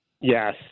Yes